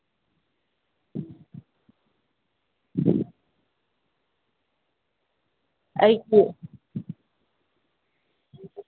ꯑꯩꯁꯨ